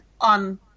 on